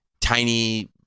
tiny